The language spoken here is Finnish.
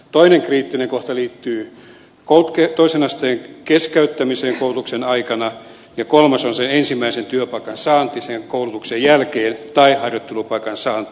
toinen kriittinen kohta liittyy toisen asteen keskeyttämiseen koulutuksen aikana ja kolmas on sen ensimmäisen työpaikan saanti koulutuksen jälkeen tai harjoittelupaikan saanti